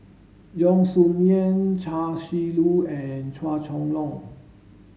Yeo Song Nian Chia Shi Lu and Chua Chong Long